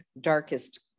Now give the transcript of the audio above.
darkest